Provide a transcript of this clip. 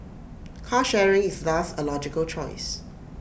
car sharing is thus A logical choice